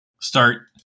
start